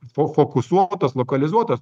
fo fokusuotos lokalizuotos